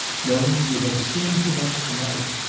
no you have seen too much to-night.